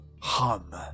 hum